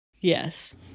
Yes